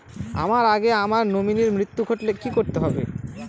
আমার আগে আমার নমিনীর মৃত্যু ঘটলে কি করতে হবে?